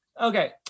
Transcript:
okay